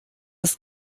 ist